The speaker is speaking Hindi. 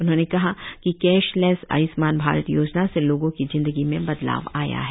उन्होंने कहा कि कैशलेस आय्ष्मान भारत योजना से लोगों की जिंदगी में बदलाव आया है